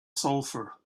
sulfur